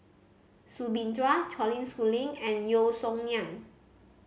Soo Bin Chua Colin Schooling and Yeo Song Nian